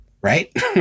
right